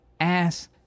ass